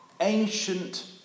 ancient